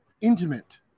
intimate